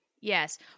Yes